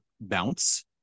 bounce